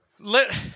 Let